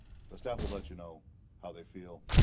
the staff will let you know how they feel